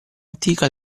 antica